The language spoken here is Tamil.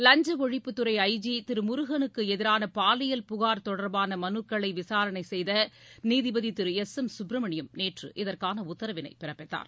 லஞ்ச ஒழிப்புத்துறை ஐஜி திரு முருகலுக்கு எதிரான பாலியல் புகார் தொடர்பான மனுக்களை விசாரணை செய்த நீதிபதி திரு எஸ் எம் சுப்ரமணியம் நேற்று இதற்கான உத்தரவினை பிறப்பித்தார்